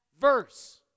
verse